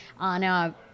anna